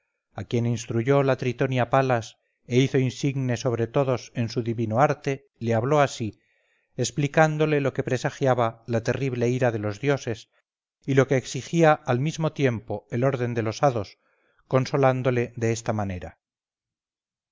a quien instruyó la tritonia palas e hizo insigne sobre todos en su divino arte le habló así explicándole lo que presagiaba la terrible ira de los dioses y lo que exigía al mismo tiempo el orden de los hados consolándole de esta manera